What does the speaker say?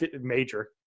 major